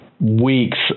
weeks